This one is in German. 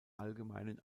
allgemeinen